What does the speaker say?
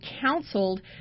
counseled